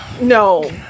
no